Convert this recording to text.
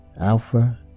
Alpha